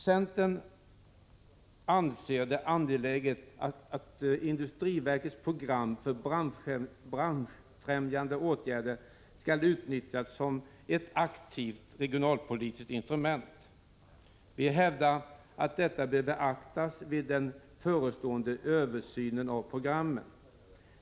Centern anser det angeläget att industriverkets program för branschfrämjande åtgärder kan utnyttjas som ett aktivt regionalpolitiskt instrument. Vi hävdar att detta bör beaktas vid den förestående översynen av programmen.